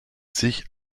sich